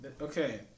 Okay